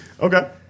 Okay